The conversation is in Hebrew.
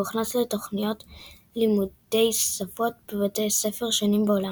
והוכנס לתוכניות לימודי שפות בבתי ספר שונים בעולם.